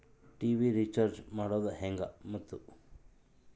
TV recharge ಮಾಡೋದು ಹೆಂಗ ಮತ್ತು?